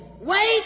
Wait